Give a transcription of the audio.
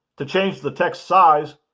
to change the text size,